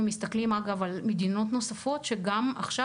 אנחנו מסתכלים על מדינות נוספות שגם עכשיו